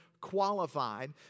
qualified